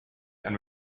and